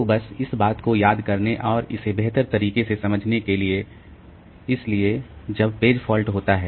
तो बस इस बात को याद करने और इसे बेहतर तरीके से समझने के लिए इसलिए जब पेज फॉल्ट होता है